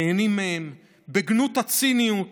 נהנים מהם, בגנות הציניות,